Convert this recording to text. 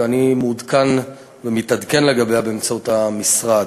ואני מעודכן ומתעדכן לגביה באמצעות המשרד.